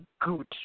good